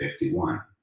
51